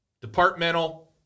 departmental